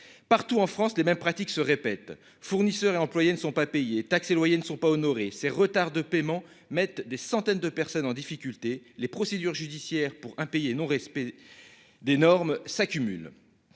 Partout en France les mêmes pratiques se répète fournisseurs et employés ne sont pas payés loyers ne sont pas honorés. Ces retards de paiement mettent des centaines de personnes en difficulté les procédures judiciaires pour un pays et non respect. Des normes s'accumulent.